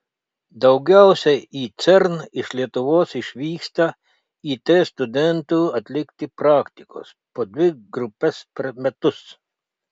daugiausiai į cern iš lietuvos išvyksta it studentų atlikti praktikos po dvi grupes per metus